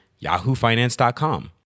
yahoofinance.com